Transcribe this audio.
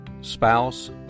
spouse